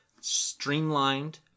streamlined